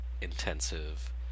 intensive